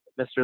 mr